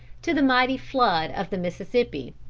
to the mighty flood of the mississippi,